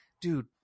dude